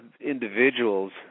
individuals